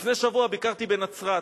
לפני שבוע ביקרתי בנצרת.